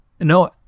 No